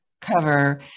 cover